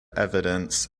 evidence